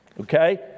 Okay